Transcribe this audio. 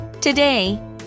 Today